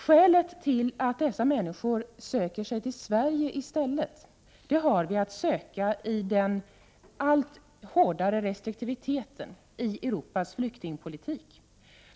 Skälet till att dessa människor söker sig till Sverige i stället har vi att söka i de europeiska ländernas alltmer restriktiva flyktingpolitik.